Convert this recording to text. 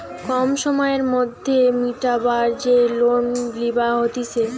কম সময়ের মধ্যে মিটাবার যে লোন লিবা হতিছে